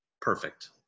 perfect